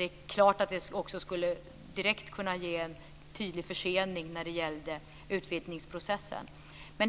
Det är klart att det skulle kunna direkt ge en tydlig försening av utvidgningsprocessen.